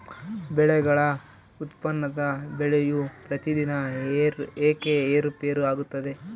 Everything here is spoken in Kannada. ಬೆಳೆಗಳ ಉತ್ಪನ್ನದ ಬೆಲೆಯು ಪ್ರತಿದಿನ ಏಕೆ ಏರುಪೇರು ಆಗುತ್ತದೆ?